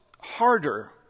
harder